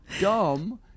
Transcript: dumb